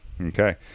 Okay